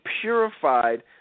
purified